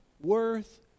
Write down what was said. worth